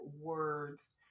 words